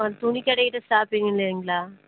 துணி கடைக்கிட்ட ஸ்டாப்பிங் இல்லைங்களா